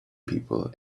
people